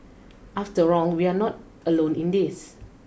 after all we are not alone in this